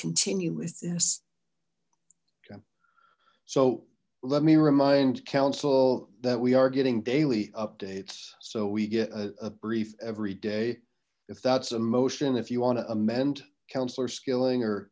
continue with this so let me remind council that we are getting daily updates so we get a brief every day if that's a motion if you want to amend councillor skilling or